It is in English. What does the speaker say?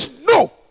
no